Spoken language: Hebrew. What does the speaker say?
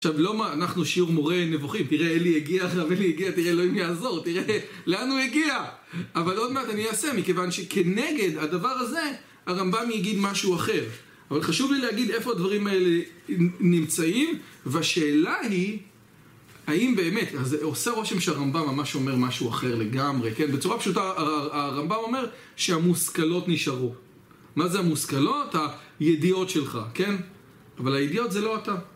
עכשיו לא מה, אנחנו שיעור מורה נבוכים, תראה אלי יגיע, אלי יגיע, תראה אלוהים יעזור, תראה לאן הוא יגיע אבל עוד מעט אני אעשה מכיוון שכנגד הדבר הזה, הרמב״ם יגיד משהו אחר אבל חשוב לי להגיד איפה הדברים האלה נמצאים, והשאלה היא האם באמת, עושה רושם שהרמב״ם ממש אומר משהו אחר לגמרי, בצורה פשוטה הרמב״ם אומר שהמושכלות נשארו מה זה המושכלות? הידיעות שלך, כן? אבל הידיעות זה לא אתה